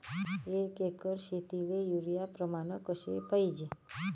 एक एकर शेतीले युरिया प्रमान कसे पाहिजे?